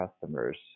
customers